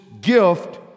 gift